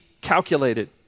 calculated